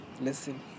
listen